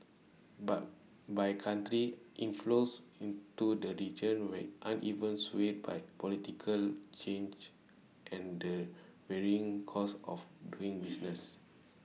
but by country inflows into the region way uneven swayed by political change and the varying costs of doing business